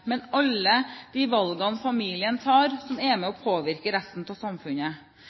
men om alle de valgene familien tar som er med og påvirker resten av samfunnet